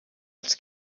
els